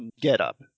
get-up